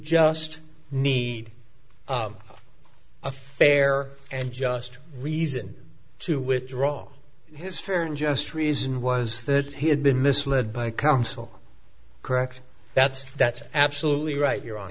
just need a fair and just reason to withdraw his fair and just reason was that he had been misled by counsel correct that's that's absolutely right you're